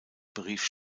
berief